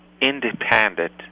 independent